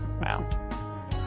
Wow